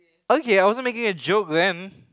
okay I wasn't making a joke then